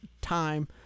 time